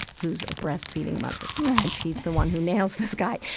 who is a breastfeeding mother right and she's the one who nails this guy.